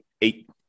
eight